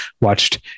watched